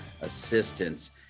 assistance